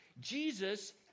Jesus